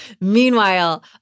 Meanwhile